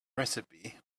recipe